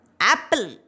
Apple